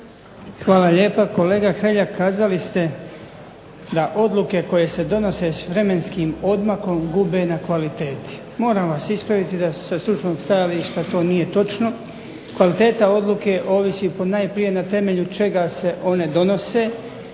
Hvala lijepa. Kolega Hrelja, kazali ste da odluke koje se donose s vremenskim odmakom gube na kvaliteti. Moram vas ispraviti da sa stručnog stajališta to nije točno. Kvaliteta odluke ovisi ponajprije na temelju čega se one donose